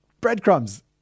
breadcrumbs